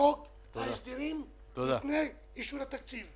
לחוק ההסדרים לפני אישור התקציב.